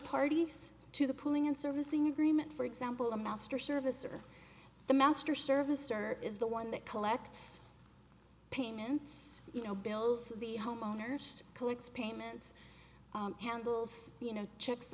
parties to the pulling and servicing agreement for example a master service or the master service turner is the one that collects opinions you know bills the homeowners collects payments handles you know checks